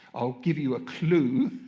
i'll give you a clue.